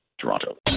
Toronto